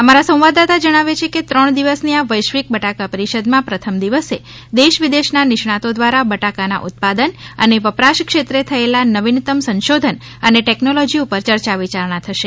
અમારા સંવાદદાતા જણાવે છે કે ત્રણ દિવસની આ વૈશ્વિક બટાકા પરિષદમાં પ્રથમ દિવસે દેશ વિદેશના નિષ્ણાતો દ્વારા બટાકાના ઉત્પાદન અને વપરાશ ક્ષેત્રે થયેલા નવીનતમ સંશોધન અને ટેક્નોલોજી ઉપર ચર્ચા વિચારણા થશે